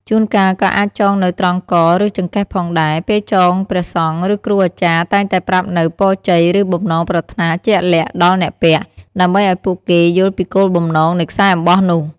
ជួនកាលក៏អាចចងនៅត្រង់ក ឬចង្កេះផងដែរ។ ពេលចង ព្រះសង្ឃ ឬគ្រូអាចារ្យតែងតែប្រាប់នូវ ពរជ័យ ឬបំណងប្រាថ្នាជាក់លាក់ ដល់អ្នកពាក់ ដើម្បីឲ្យពួកគេយល់ពីគោលបំណងនៃខ្សែអំបោះនោះ។